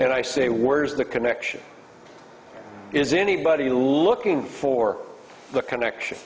and i say words the connection is anybody looking for the connection